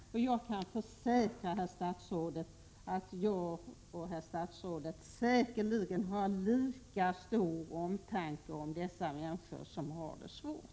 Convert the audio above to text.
Jag kan försäkra herr statsrådet om att jag och herr statsrådet säkerligen har lika stor omtanke om dessa människor som har det svårt.